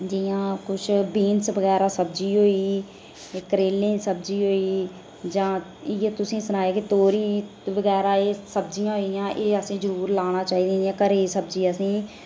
जियां किश बीन्स बगैरा सब्जी होई गेई करेलें दी सब्जी होई गेई जां इयै तुसेंगी सनाया कि तोरी बगैरा एह् सब्ज्यिं होई गेइयां एह् असें जरूर लाना चाहिदी जियां घरै दी सब्जी असेंगी